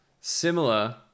similar